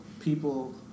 people